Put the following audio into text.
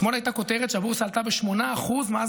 אתמול הייתה כותרת שהבורסה עלתה ב-8% מאז